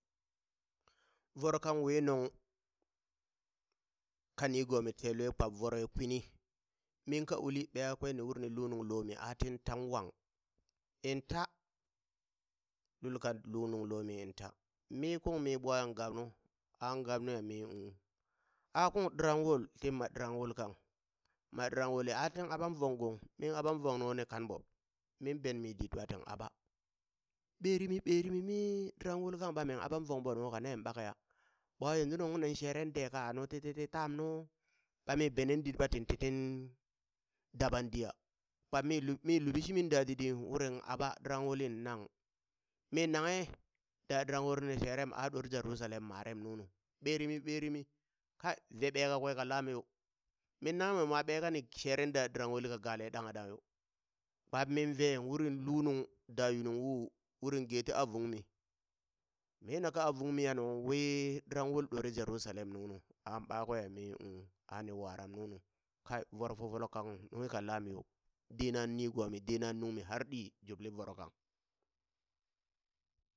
Voro kan wii nuŋ ka nigomi tee lue kpap vorue kwini, min ka uli ɓeha kwe ni ur ni lu nuŋ lomi a tin tan wang, inta lul ka luu nuŋ lomi inta mi kun mi ɓwaya ngap nu, aŋ gap nuya mi um, a kung ɗrangwul tin mat ɗrangwul kang, ma ɗrangwulli a tin aɓaŋ vong gong min aɓan vong nuni kan ɓo, min benmi dit ɓa tin aɓa, ɓeri- mi ɓeri- mi mi ɗrangwul kang min aɓan vong ɓo noo ka nen ɓakeya? ɓawa yanzu nunghung nin sheren dee ka a nuu ti titi taam nu! ɓa min benen dit ba tin ti tin daɓan diya? kpap mi lub mi lubi shimi daa didɗi wurin aɓa ɗrangwulli nang, mi nanghe da ɗrangwulli ni sherem a ɗore Jerusalem marem nunu ɓeri- mi ɓeri- mi kai vee ɓe kakwe ka lam yo, min nanghe monwe mwa ɓee kani sheren da ɗrangwulli ka gale ɗaŋghad ɗa yo kpap min vee urin lu nung daa yunung wu urin geti avung mi, mina ka avungmi ya nu wii ɗrangwul ɗore Jerusalem nunu, a ɓakweya mi um, ani waram nunu, kai voro fofolok kang uŋ nunghi ka laam yo, dena nigomi dena nungmi, har ɗi jubli voro kang.